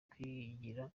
kwigira